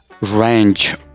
range